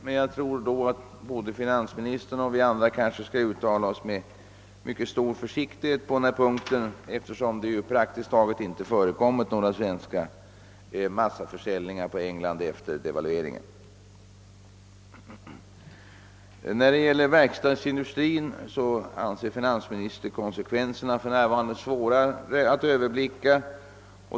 Men både finansministern och vi andra bör nog uttala oss med mycket stor försiktighet på denna punkt, eftersom det praktiskt taget inte förekommit några svenska massaförsäljningar på England efter devalveringen. När det gäller verkstadsindustrin anser finansministern att konsekvenserna för närvarande är svåra att överblicka.